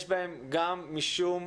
היו לי שיחות עם